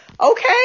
okay